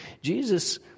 Jesus